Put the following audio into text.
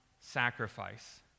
sacrifice